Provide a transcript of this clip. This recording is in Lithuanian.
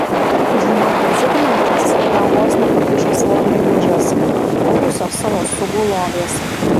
žinau kad zigmantas tau vos nepakišo savo meilužės buvusios savo sugulovės